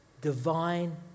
Divine